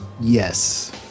Yes